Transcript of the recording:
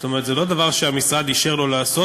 זאת אומרת, זה לא דבר שהמשרד אישר לו לעשות.